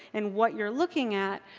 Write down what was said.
and what you're looking at,